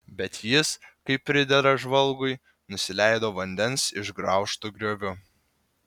bet jis kaip pridera žvalgui nusileido vandens išgraužtu grioviu